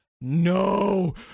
No